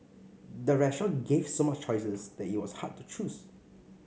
the restaurant gave so many choices that it was hard to choose